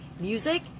music